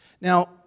Now